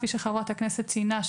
כפי שחברת הכנסת ציינה,